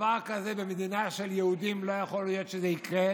דבר כזה במדינה של יהודים לא יכול להיות שיקרה,